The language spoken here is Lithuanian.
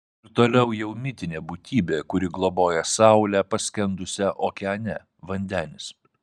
ir toliau jau mitinė būtybė kuri globoja saulę paskendusią okeane vandenis